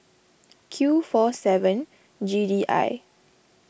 Q four seven G D I